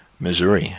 Missouri